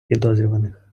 підозрюваних